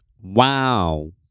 Wow